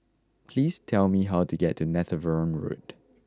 pease tell me how to get to Netheravon Road